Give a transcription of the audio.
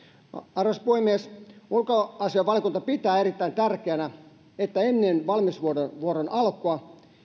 arvoisa puhemies ulkoasiainvaliokunta pitää erittäin tärkeänä että ennen valmiusvuoron alkua